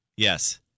Yes